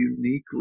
uniquely